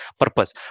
purpose